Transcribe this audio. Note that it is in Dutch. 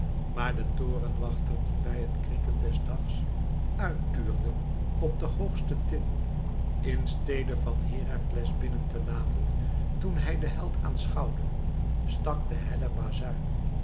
maar de torenwachter die bij het krieken des dags uit tuurde op de hoogste tin in stede van herakles binnen te laten toen hij den held aanschouwde stak de helle bazuin